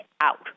out